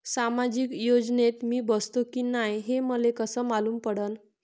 सामाजिक योजनेत मी बसतो की नाय हे मले कस मालूम पडन?